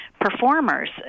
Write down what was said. performers